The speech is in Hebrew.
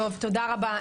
תודה רבה.